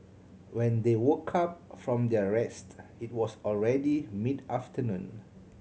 when they woke up from their rest it was already mid afternoon